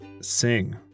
sing